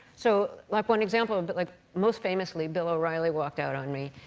so, like, one example and but like most famously, bill o'reilly walked out on me.